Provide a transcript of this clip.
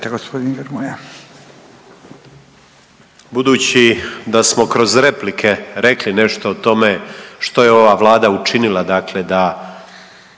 Hvala